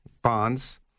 bonds